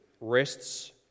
rests